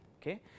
Okay